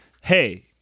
Hey